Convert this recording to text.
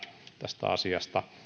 tästä asiasta